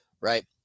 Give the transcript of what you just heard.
Right